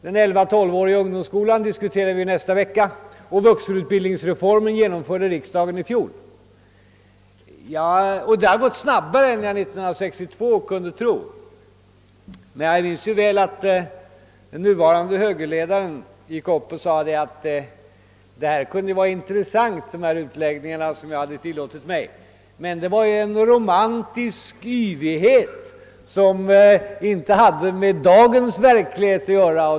Den 11—12-åriga ungdomsskolan diskuterar vi nästa vecka och vuxenutbildningsreformen genomförde riksdagen i fjol. Det har gått snabbare än man år 1962 kunde tro. Jag minns att den nuvarande högerledaren steg upp och sade att de utläggningar jag tillåtit mig kunde vara intressanta, men det var »en romantisk yvighet» som inte hade med dagens verklighet att göra.